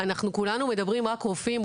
כי כולנו מדברים רק על רופאים,